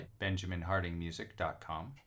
benjaminhardingmusic.com